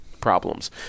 problems